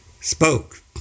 spoke